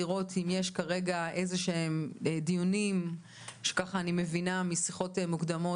לראות אם יש כרגע איזה שהם דיונים שככה אני מבינה משיחות מוקדמות